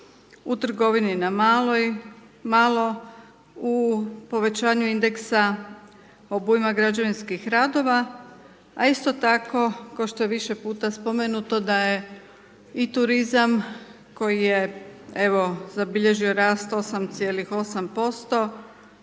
u trgovini na malo, u povećanju indeksa obujma građevinskih radova a isto tako kao što je više puta spomenuti da je i turizam koji je evo, zabilježio rast 8,8%,